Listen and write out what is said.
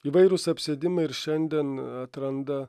įvairūs apsėdimai ir šiandien atranda